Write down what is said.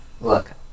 look